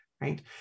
right